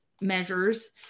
measures